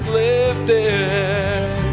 lifted